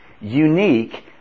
unique